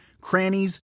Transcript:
crannies